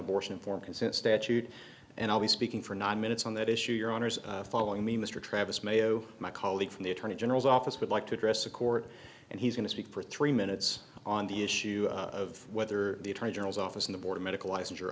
abortion informed consent statute and i'll be speaking for nine minutes on that issue your honour's following me mr travis mayo my colleague from the attorney general's office would like to address the court and he's going to speak for three minutes on the issue of whether the attorney general's office in the board of medical licens